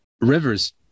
rivers